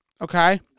Okay